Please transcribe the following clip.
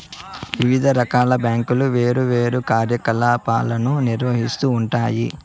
వివిధ రకాల బ్యాంకులు వేర్వేరు కార్యకలాపాలను నిర్వహిత్తూ ఉంటాయి